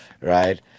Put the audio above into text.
Right